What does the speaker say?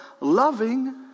loving